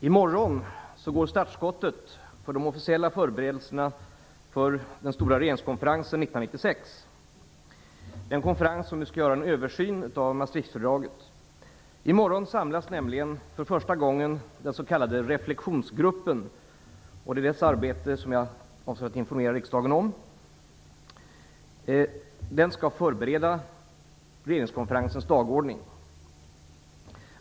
Herr talman! I morgon går startskottet för de officiella förberedelserna för den stora regeringskonferensen 1996, den konferens som skall göra en översyn av Maastrichtfördraget. I morgon samlas nämligen för första gången den s.k. reflexionsgruppen. Det är dess arbete som jag avser att informera riksdagen om. Den skall förbereda regeringskonferensens dagordning.